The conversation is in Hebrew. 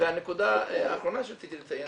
והנקודה האחרונה שרציתי לציין,